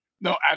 No